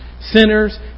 sinners